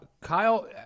Kyle